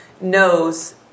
knows